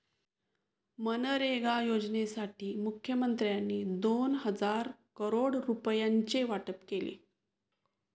मनरेगा योजनेसाठी मुखमंत्र्यांनी दोन हजार करोड रुपयांचे वाटप केले